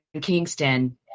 Kingston